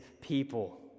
people